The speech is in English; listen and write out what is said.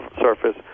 surface